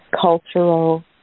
cultural